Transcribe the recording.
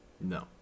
No